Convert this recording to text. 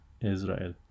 Israel